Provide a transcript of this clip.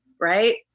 right